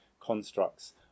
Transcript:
constructs